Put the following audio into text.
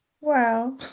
Wow